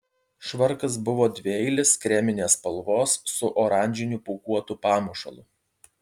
švarkas buvo dvieilis kreminės spalvos su oranžiniu pūkuotu pamušalu